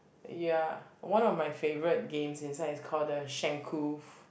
ya one of my favourite games inside is called the Shenkuu